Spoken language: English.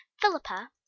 philippa